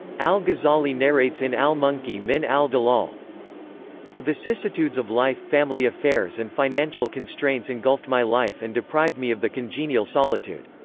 al-ghazali narrates in al-munqidh min al-dalal the vicissitudes of life, family affairs and financial constraints engulfed my life and deprived me of the congenial solitude.